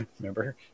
Remember